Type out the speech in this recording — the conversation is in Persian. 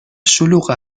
شلوغ